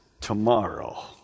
tomorrow